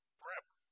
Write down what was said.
forever